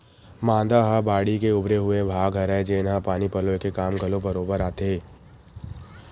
मांदा ह बाड़ी के उभरे हुए भाग हरय, जेनहा पानी पलोय के काम घलो बरोबर आथे